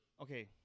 okay